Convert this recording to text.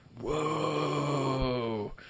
Whoa